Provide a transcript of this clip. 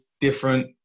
different